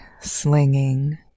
slinging